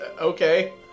Okay